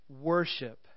worship